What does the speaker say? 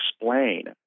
explain